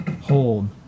Hold